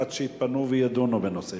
עד שיתפנו וידונו בנושא.